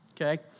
Okay